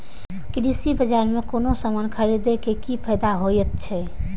कृषि बाजार में कोनो सामान खरीदे के कि फायदा होयत छै?